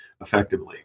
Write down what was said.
effectively